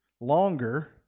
longer